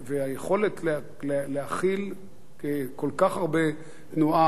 והיכולת להכיל כל כך הרבה תנועה,